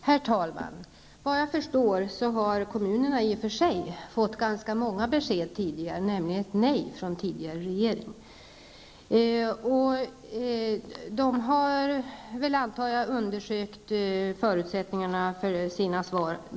Herr talman! Efter vad jag förstår har kommunerna i och för sig tidigare fått ganska många besked, bl.a. ett nej från den tidigare regeringen, och jag antar att de då har undersökt förutsättningarna för sina svar.